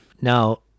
Now